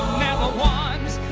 ah once